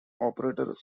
operator